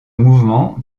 mouvement